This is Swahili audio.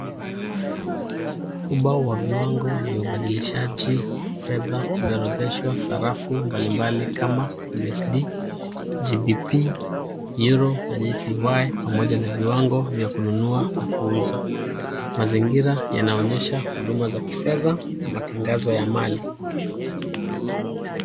Ubao wa viwango vya ubadilishaji fedha umeorodheshwa sarafu mbalimbali kama USD, GBP, Euro na JPY pamoja na viwango vya kununua na kuuza. Mazingira yanaonyesha huduma za kifedha na matangazo ya mali